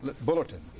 Bulletin